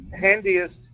handiest